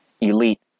elite